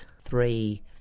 three